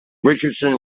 richardson